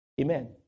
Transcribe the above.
Amen